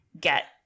get